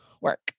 work